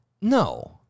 No